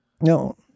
No